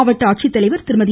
மாவட்ட ஆட்சித்தலைவர் திருமதி